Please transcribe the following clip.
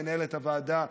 מנהלת הוועדה,